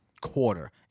quarter